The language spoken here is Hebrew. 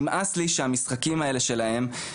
נמאס לי שהמשחקים האלה שלהם,